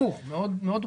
להיפך, מאוד ברור.